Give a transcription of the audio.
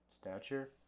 stature